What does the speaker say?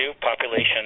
population